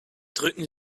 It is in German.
drücken